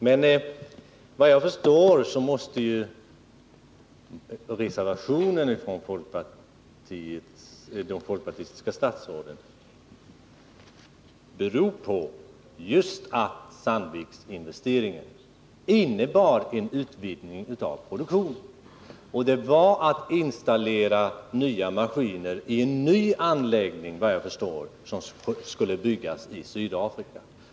Såvitt jag kan förstå måste dock reservationen från de folkpartistiska statsråden bero på att Sandviks investering just innebär en utvidgning av produktionen. Såvitt jag vet var det fråga om att installera nya maskiner i en ny anläggning som skall byggas i Sydafrika.